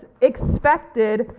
expected